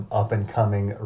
up-and-coming